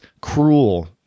cruel